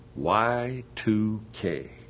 Y2K